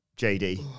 JD